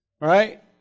Right